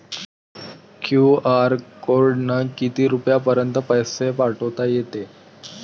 QR कोडनं किती रुपयापर्यंत पैसे पाठोता येते?